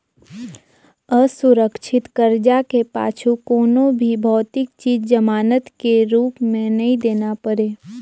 असुरक्छित करजा के पाछू कोनो भी भौतिक चीच जमानत के रूप मे नई देना परे